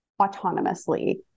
autonomously